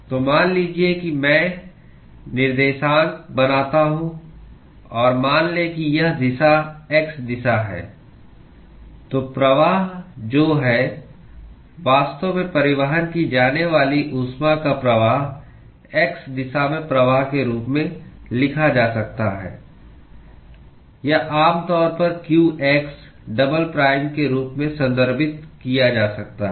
तो मान लीजिए कि मैं निर्देशांक बनाता हूं और मान लें कि यह दिशा x दिशा है तो प्रवाह जो है वास्तव में परिवहन की जाने वाली ऊष्मा का प्रवाह x दिशा में प्रवाह के रूप में लिखा जा सकता है या आमतौर पर qx डबल प्राइम के रूप में संदर्भित किया जा सकता है